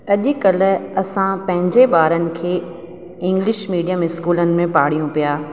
अॼुकल्ह असां पंहिंजे ॿारनि खे इंग्लिश मीडियम स्कूल में पाढ़ियूं पिया